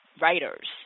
writers